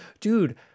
dude